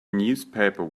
newspaper